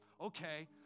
okay